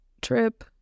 trip